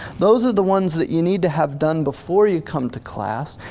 those are the ones that you need to have done before you come to class.